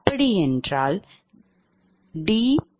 அப்படிஎன்றால்dPLossdPg20